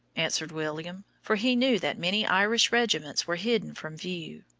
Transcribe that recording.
answered william, for he knew that many irish regiments were hidden from view.